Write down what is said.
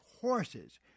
horses